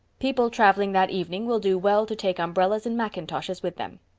people traveling that evening will do well to take umbrellas and mackintoshes with them.